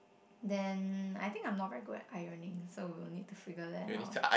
then I think I'm not very good at ironing so we will need to figure that out